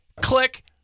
click